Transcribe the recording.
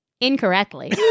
incorrectly